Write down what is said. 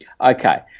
okay